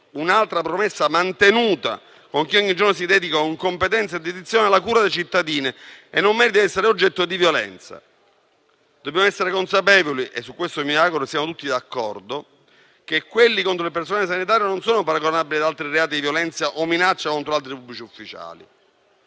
un'altra promessa mantenuta con chi ogni giorno si dedica con competenza e dedizione alla cura dei cittadini e non merita di essere oggetto di violenza. Dobbiamo essere consapevoli - e su questo mi auguro siamo tutti d'accordo - che quelli contro il personale sanitario non sono paragonabili ad altri reati di violenza o minaccia contro altri pubblici ufficiali.